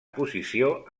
posició